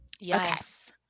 Yes